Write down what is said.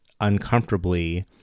uncomfortably